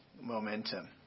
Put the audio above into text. momentum